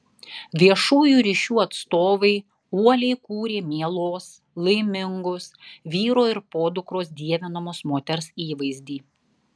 viešųjų ryšių atstovai uoliai kūrė mielos laimingos vyro ir podukros dievinamos moters įvaizdį